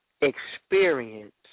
Experience